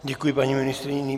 Děkuji paní ministryni.